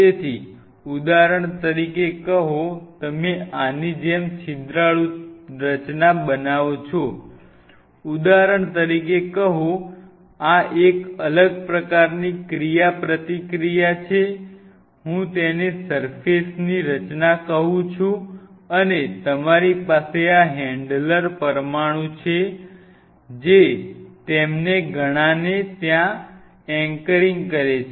તેથી ઉદાહરણ તરીકે કહો તમે આની જેમ છિદ્રાળુ રચના બનાવો છો ઉદાહરણ તરીકે કહો આ એક અલગ પ્રકારની ક્રિયાપ્રતિક્રિયા છે હું તેને સર્ફેસ ની રચના કહું છું અને તમારી પાસે આ હેન્ડલર પરમાણુ છે જે તેમને ઘણાને ત્યાં એન્કરિંગ કરે છે